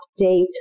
update